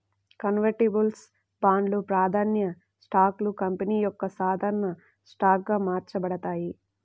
convertibles బాండ్లు, ప్రాధాన్య స్టాక్లు కంపెనీ యొక్క సాధారణ స్టాక్గా మార్చబడతాయి